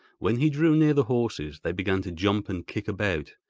when he drew near the horses, they began to jump and kick about,